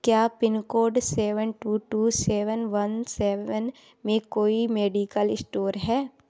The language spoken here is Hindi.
क्या pincode seven two two seven one seven में कोई मेडिकल स्टोर है